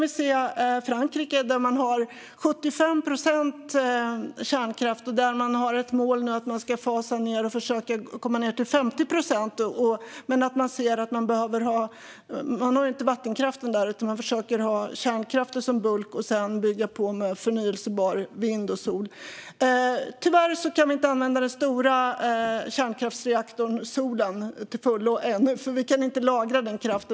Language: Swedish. I Frankrike har man 75 procent kärnkraft och har nu ett mål om att fasa ut och försöka komma ned till 50 procent. Där har man inte vattenkraft utan försöker ha kärnkraften som bulk för att sedan bygga på med förnybart i form av vind och sol. Tyvärr kan vi inte använda den stora kärnkraftsreaktorn solen till fullo än, eftersom vi inte kan lagra denna kraft.